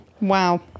Wow